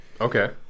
Okay